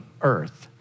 earth